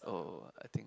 uh I think